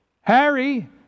Harry